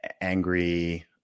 angry